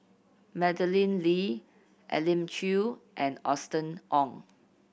Madeleine Lee Elim Chew and Austen Ong